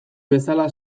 bezala